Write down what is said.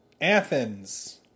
Athens